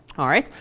all right.